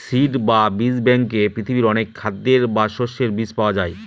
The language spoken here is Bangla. সিড বা বীজ ব্যাঙ্কে পৃথিবীর অনেক খাদ্যের বা শস্যের বীজ পাওয়া যায়